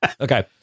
okay